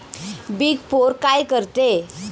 Big four काय करते?